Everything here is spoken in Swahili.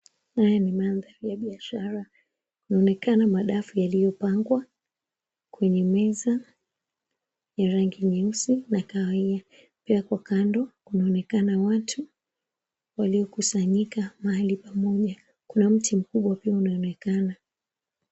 Haya ni mandhari ya biashara. Inaonekana madafu yaliyopangwa kwenye meza ya rangi nyeusi na kahawia. Pia hapo kando kunaonekana watu waliokusanyika mahali pamoja. Kuna mti mkubwa pia unaonekana.